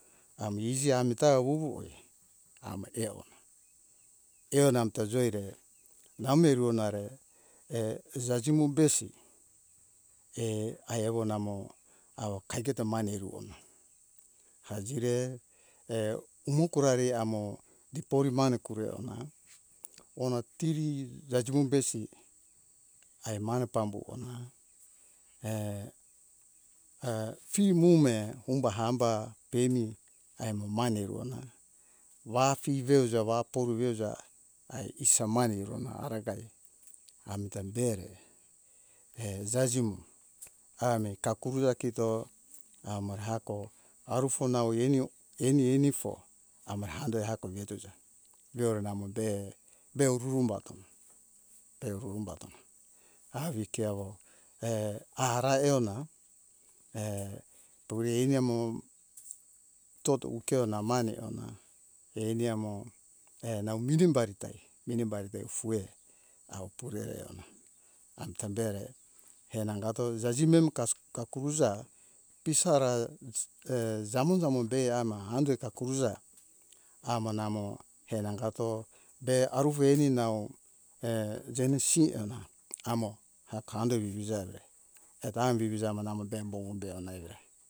Ami izi amita wowi amo eo na eo namta joere name rona re e jajemo besi ae ewo namo awo kaegeto mane ruona ajire umo kurari amo depori mane kure ona ona tiri jajimo besi ae mane pambuhona femume umba hamba pei mi ae mane rona wa fewe uja wa powe uja ae isa mane rona arangae amitami dei re e jajimo ame kakuja kito amore hako arufo nau ani ani anifo amore handere hako vetuza veru namo de be ururum bato be ururum bato avi ke awo araeona tuvi ine mo totu u keona mane ona ani amo e nau midim bari tai minim bari beu foe au purere ona amta bere henangato jamime muka kuza pisara jamo jamo be ama andeka kuza ama namo henangato be aruvo ani nao jenesi eona amo hakande vivije avore eto am vivije amo namo dam bowo be ona evera